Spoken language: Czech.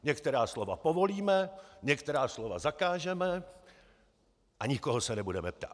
Některá slova povolíme, některá slova zakážeme a nikoho se nebudeme ptát!